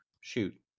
shoot